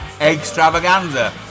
extravaganza